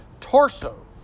torso